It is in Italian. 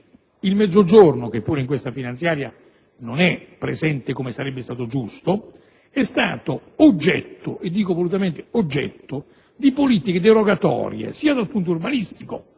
il Mezzogiorno, che pure in questa finanziaria non è presente come sarebbe stato giusto, è stato oggetto, e dico volutamente oggetto, di politiche derogatorie, sia dal punto di vista